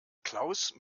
klaus